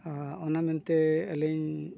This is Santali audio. ᱚᱱᱟ ᱢᱮᱱᱛᱮ ᱟᱹᱞᱤᱧ